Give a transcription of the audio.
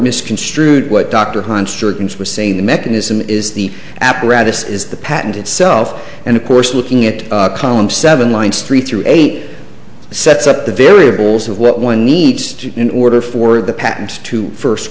misconstrued what dr hans jurgens was saying the mechanism is the apparatus is the patent itself and of course looking at column seven lines three through eight sets up the variables of what one needs to in order for the patent to first